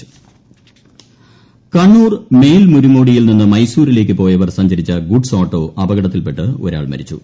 അപകടം കണ്ണൂർ കണ്ണൂർ മേൽമുരിങ്ങോടിയിൽ നിന്ന് മൈസൂരിലേക്ക് പോയവർ സഞ്ചരിച്ച ഗുഡ്സ് ഓട്ടോ അപകടത്തിൽപ്പെട്ട് ഒരാൾ മരിച്ചു